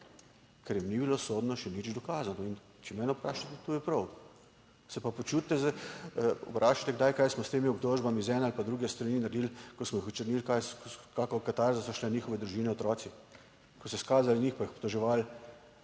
Ker jim ni bilo sodno še nič. Dokazano, in če mene vprašate, to je prav. Se pa počutite vprašate kdaj, kaj smo s temi obtožbami z ene ali druge strani naredili, ko smo jih očrnili, kakšno katarzo so šle njihove družine, otroci? Ko so izkazali njih, pa jih obtoževali